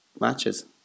matches